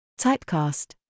Typecast